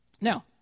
now